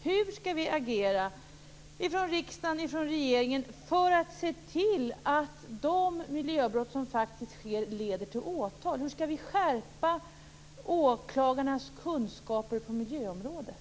Hur skall vi agera från riksdagen och från regeringen för att se till att de miljöbrott som faktiskt begås leder till åtal? Hur skall vi skärpa åklagarnas kunskaper på miljöområdet?